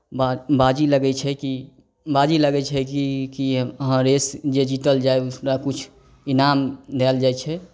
बा बाजी लगै छै कि बाजी लगै छै कि कि अहाँ रेस जे जीतल जाय ओकरा किछु इनाम दएल जाइ छै